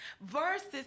versus